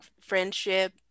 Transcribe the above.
friendship